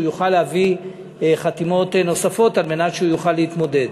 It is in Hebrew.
שהוא יוכל להביא חתימות נוספות על מנת שהוא יוכל להתמודד.